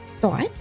thought